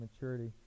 maturity